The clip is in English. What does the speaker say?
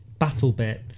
BattleBit